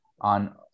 on